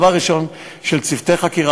צוותי חקירה,